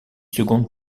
secondes